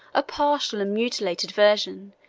a partial and mutilated version,